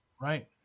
Right